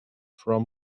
from